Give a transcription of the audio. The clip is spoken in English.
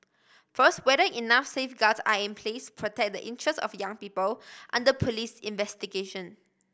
first whether enough safeguards are in place protect the interests of young people under police investigation